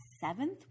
seventh